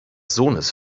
sohnes